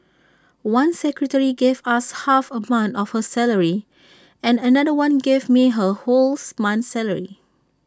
one secretary gave us half A month of her salary and another one gave me her wholes month's salary